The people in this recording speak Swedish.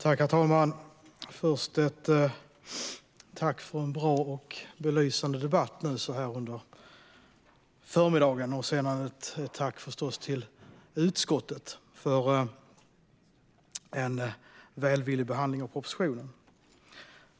Herr talman! Jag vill först framföra ett tack för en bra och belysande debatt här under förmiddagen. Jag vill också rikta ett tack till utskottet för en välvillig behandling av propositionen.